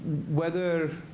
whether,